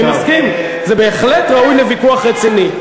אני מסכים, זה בהחלט ראוי לוויכוח רציני.